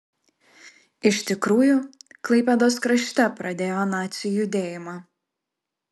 iš tikrųjų klaipėdos krašte pradėjo nacių judėjimą